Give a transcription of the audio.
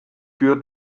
für